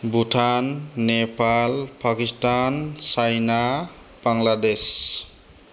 Bhutan Nepal Pakistan China Bangladesh